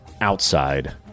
outside